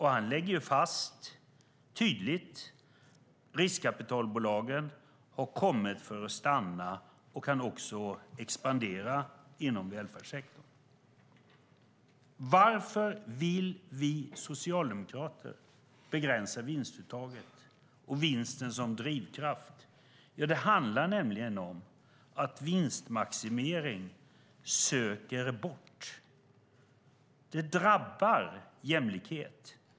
Han lägger tydligt fast att riskkapitalbolagen har kommit för att stanna och kan också expandera inom välfärdssektorn. Varför vill vi socialdemokrater begränsa vinstuttaget och vinsten som drivkraft? Jo, det handlar nämligen om att vinstmaximering leder bort. Det drabbar jämlikhet.